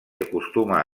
acostuma